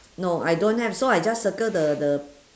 no I don't have so I just circle the the